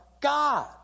God